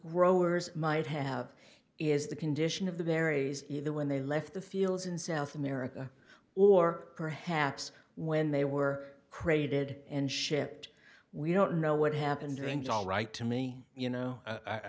growers might have is the condition of the berries either when they left the fields in south america or perhaps when they were created and shipped we don't know what happened and all right to me you know i